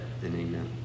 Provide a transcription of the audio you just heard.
amen